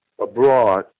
abroad